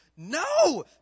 No